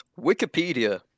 Wikipedia